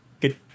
Good